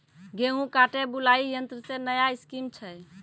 गेहूँ काटे बुलाई यंत्र से नया स्कीम छ?